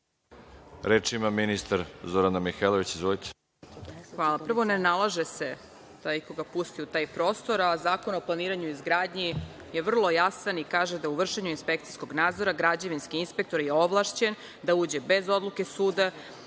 Reč ima ministar Zorana Mihajlović. **Zorana Mihajlović** Hvala. Prvo, ne nalaže se da ikoga pusti u taj prostor, a Zakon o planiranju i izgradnji je vrlo jasan i kaže da u vršenju inspekcijskog nadzora građevinski inspektor je ovlašćen da uđe bez odluke suda